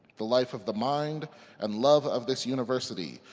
the life of the mind and love of this university,